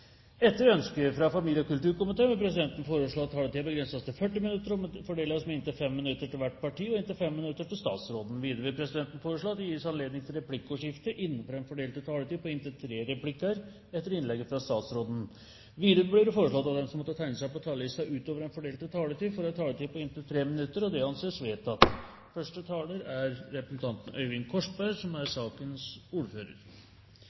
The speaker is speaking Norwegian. Etter ønske fra energi- og miljøkomiteen vil presidenten foreslå at taletiden begrenses til 40 minutter og fordeles med inntil 5 minutter til hvert parti og inntil 5 minutter til statsråden. Videre vil presidenten foreslå at det gis anledning til replikkordskifte innenfor den fordelte taletid på inntil fem replikker med svar etter innlegget fra statsråden. Videre blir det foreslått at de som måtte tegne seg på talerlisten utover den fordelte taletid, får en taletid på inntil 3 minutter. – Det anses vedtatt. Det er altså to innstillingar som er